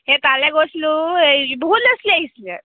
সেই তালে গৈছিলোঁ এই বহুত ল'ৰা ছোৱালী আহিছিলে